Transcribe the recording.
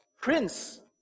prince